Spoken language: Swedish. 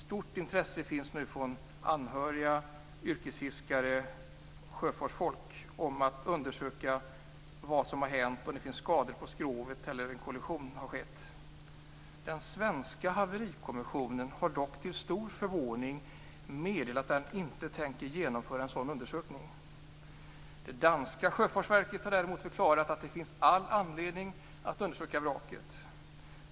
Stort intresse finns nu från anhöriga, yrkesfiskare och sjöfartsfolk att undersöka vad som har hänt, om det finns skador på skrovet eller om en kollision har skett. Den svenska haverikommissionen har dock till stor förvåning meddelat att den inte tänker genomföra en sådan undersökning. Det danska sjöfartsverket har däremot förklarat att det finns all anledning att undersöka vraket.